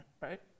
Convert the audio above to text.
right